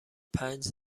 پنج